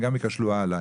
הם גם ייכשלו הלאה.